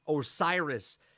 Osiris